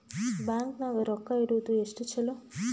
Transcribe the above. Bank ನಾಗ ರೊಕ್ಕ ಇಡುವುದು ಎಷ್ಟು ಚಲೋ?